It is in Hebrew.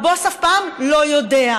הבוס אף פעם לא יודע.